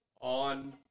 on